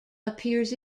appears